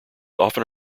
often